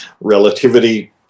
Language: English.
Relativity